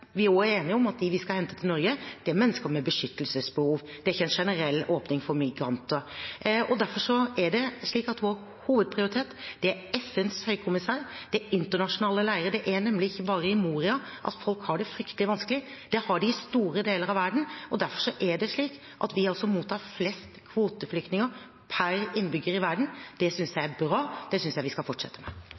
er enige om at de vi skal hente til Norge, er mennesker med beskyttelsesbehov. Det er ikke en generell åpning for migranter. Derfor er vår hovedprioritet FNs høykommissær, det er internasjonale leirer. Det er nemlig ikke bare i Moria at folk har det fryktelig vanskelig. Det har de i store deler av verden, og derfor er det slik at vi mottar flest kvoteflyktninger per innbygger i verden. Det synes jeg er bra. Det synes jeg vi skal fortsette med.